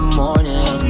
morning